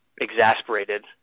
exasperated